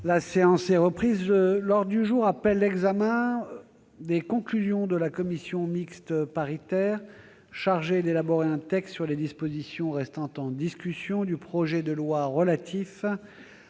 par notre règlement. L'ordre du jour appelle l'examen des conclusions de la commission mixte paritaire chargée d'élaborer un texte sur les dispositions restant en discussion sur la proposition